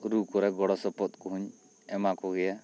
ᱨᱩ ᱠᱚᱨᱮ ᱜᱚᱲᱚ ᱥᱚᱯᱚᱦᱚᱫ ᱠᱩᱧ ᱮᱢᱟ ᱠᱚᱜᱮᱭᱟ